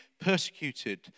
persecuted